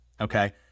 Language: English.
okay